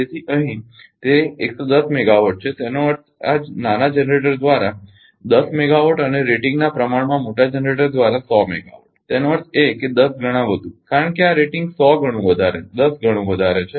તેથી અહીં તે 110 મેગાવોટ છે તેનો અર્થ એ કે નાના જનરેટર દ્વારા 10 મેગાવાટ અને રેટિંગના પ્રમાણમાં મોટા જનરેટર દ્વારા 100 મેગાવાટ તેનો અર્થ એ કે 10 ગણા વધુ કારણ કે આ રેટિંગ 10 ગણું વધારે છે